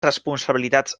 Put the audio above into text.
responsabilitats